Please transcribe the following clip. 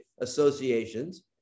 associations